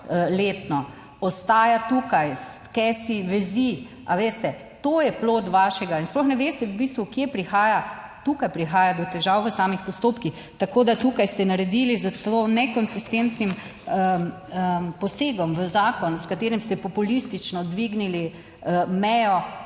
letno. Ostaja tukaj, stke si vezi. A veste, to je plod vašega in sploh ne veste v bistvu, kje prihaja - tukaj prihaja do težav, v samih postopkih. Tako da tukaj ste naredili s to nekonsistentnim posegom v zakon, s katerim ste populistično dvignili mejo,